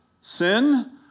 sin